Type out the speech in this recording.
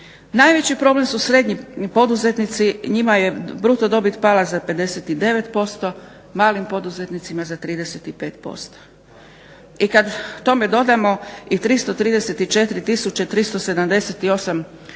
Najveći problem su srednji poduzetnici. Njima je bruto dobit pala za 59%, malim poduzetnicima za 35%. I kad tome dodamo i 334378